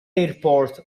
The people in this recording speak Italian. airport